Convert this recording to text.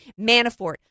Manafort